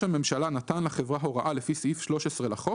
הממשלה נתן לחברה הוראה לפי סעיף 13 לחוק,